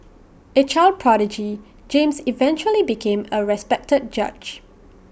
A child prodigy James eventually became A respected judge